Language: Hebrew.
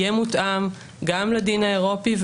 יהיה מותאם גם לדין האירופי,